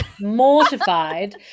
mortified